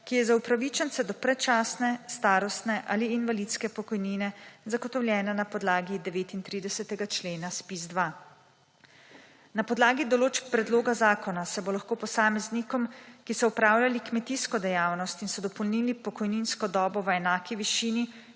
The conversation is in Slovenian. ki je za upravičence do predčasne, starostne ali invalidske pokojnine zagotovljena na podlagi 39. člena ZPIZ 2. Na podlagi določb predloga zakona se bo lahko posameznikom, ki so opravljali kmetijsko dejavnost in so dopolnili pokojninsko dobo v enaki višini,